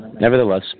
nevertheless